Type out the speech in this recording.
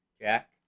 jack